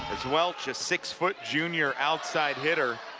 as welch, a six foot junior outside hitter.